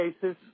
cases